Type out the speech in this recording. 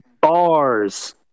bars